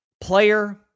player